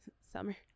Summer